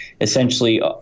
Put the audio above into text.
essentially